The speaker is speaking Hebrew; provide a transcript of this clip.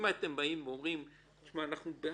הייתם באים ואומרים שאתם בעד,